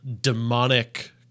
demonic